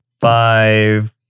five